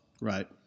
Right